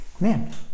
man